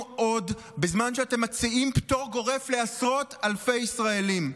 עוד בזמן שאתם מציעים פטור גורף לעשרות אלפי ישראלים?